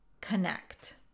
CONNECT